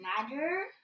Matter